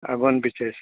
Agonda बिचेर